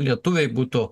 lietuviai būtų